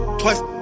twice